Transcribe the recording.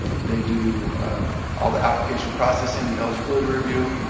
they do all the application processing, the eligibility review,